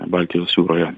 baltijos jūroje